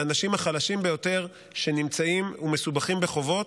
לאנשים החלשים ביותר שנמצאים ומסובכים בחובות,